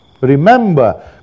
Remember